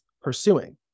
pursuing